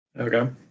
Okay